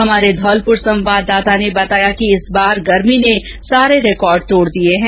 हमारे धौलपुर संवाददाता ने बताया कि इस बार गर्मी ने सारे रिकॉर्ड तोड़ दिये हैं